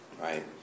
right